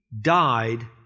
died